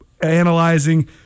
analyzing